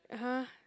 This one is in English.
uh !huh!